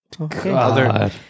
Okay